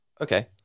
okay